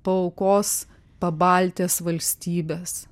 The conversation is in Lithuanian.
paaukos pabaltės valstybes